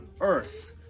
earth